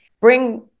bring